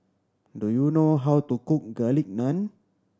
do you know how to cook Garlic Naan